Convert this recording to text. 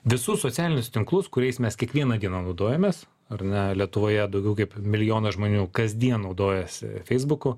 visus socialinius tinklus kuriais mes kiekvieną dieną naudojamės ar ne lietuvoje daugiau kaip milijonas žmonių kasdien naudojasi feisbuku